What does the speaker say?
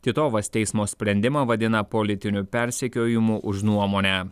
titovas teismo sprendimą vadina politiniu persekiojimu už nuomonę